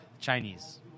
Chinese